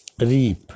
reap